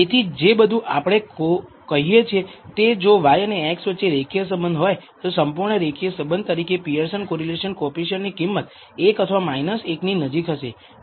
તેથી જે બધું આપણે કહીએ છીએ તે જો y અને x વચ્ચે રેખીય સંબંધ હોય તો સંપૂર્ણ રેખીય સંબંધ તરીકે પિઅરસન કોરિલેશન કોએફિસિએંટ ની કિંમત 1 અથવા 1 ની નજીક હશે